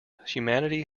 humanity